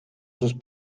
sus